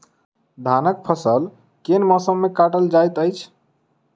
धानक फसल केँ मौसम मे काटल जाइत अछि?